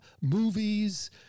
movies